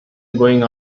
going